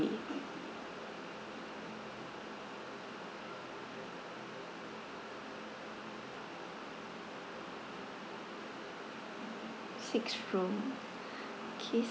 six room okay